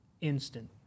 Instant